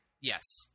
Yes